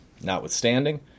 Notwithstanding